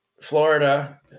Florida